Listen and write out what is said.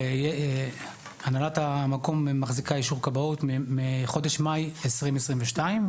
והנהלת המקום מחזיקה באישור כבאות מ- מאי 2022,